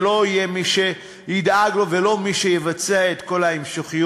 ולא יהיה מי שידאג לו ולא מי שיבצע את כל ההמשכיות.